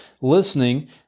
listening